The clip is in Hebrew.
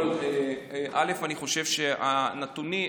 שהנתונים,